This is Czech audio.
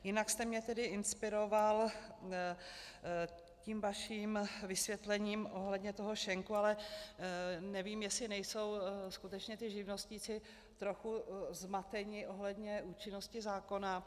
Jinak jste mě tedy inspiroval tím vaším vysvětlením ohledně toho šenku, ale nevím, jestli nejsou skutečně ti živnostníci trochu zmateni ohledně účinnosti zákona.